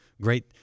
great